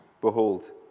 Behold